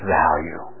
value